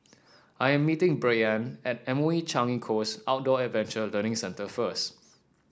I am meeting Brianne at M O E Changi Coast Outdoor Adventure Learning Centre first